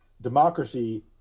democracy